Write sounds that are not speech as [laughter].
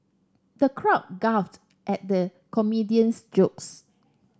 the crowd [unintelligible] at the comedian's jokes